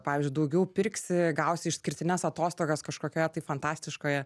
pavyzdžiui daugiau pirksi gausi išskirtines atostogas kažkokioje tai fantastiškoje